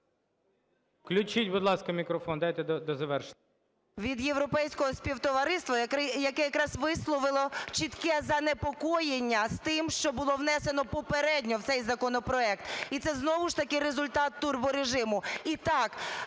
Включіть, будь ласка, мікрофон, дайте завершити. 14:12:24 КЛИМПУШ-ЦИНЦАДЗЕ І.О. …від європейського співтовариства, яке якраз висловило чітке занепокоєння тим, що було внесено попередньо в цей законопроект. І це знову ж таки результат турборежиму.